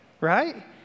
right